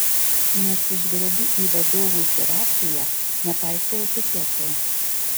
neatsižvelgi į vadovų hierarchiją nepaisai etiketo